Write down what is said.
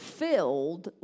filled